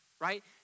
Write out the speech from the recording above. right